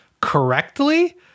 correctly